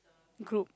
group